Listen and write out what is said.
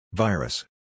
Virus